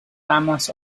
amos